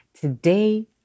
today